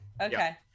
okay